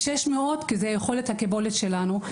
600 זאת יכולת הקיבולת שלנו.